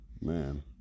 man